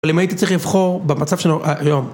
אבל אם הייתי צריך לבחור במצב שלנו היום?